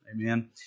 Amen